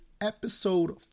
episode